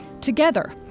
together